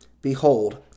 behold